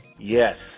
Yes